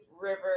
River